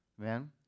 Amen